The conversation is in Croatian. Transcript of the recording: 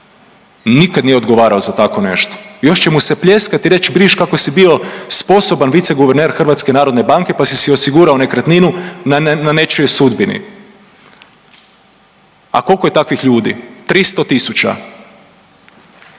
Nikad nije odgovarao za takvo nešto još će mu se pljeskati i reći vidiš kao si bio sposoban viceguverner HNB-a pa si si osigurano nekretninu na nečijoj sudbini. A koliko je takvih ljudi? 300 tisuća.